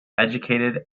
educated